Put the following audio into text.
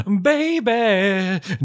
Baby